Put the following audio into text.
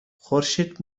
خورشید